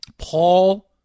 Paul